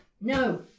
No